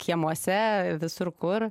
kiemuose visur kur